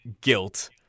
guilt